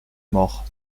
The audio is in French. mort